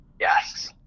yes